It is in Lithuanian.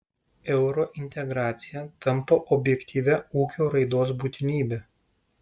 eurointegracija tampa objektyvia ūkio raidos būtinybe